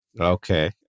Okay